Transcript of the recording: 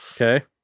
okay